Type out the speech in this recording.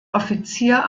offizier